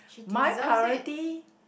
my priority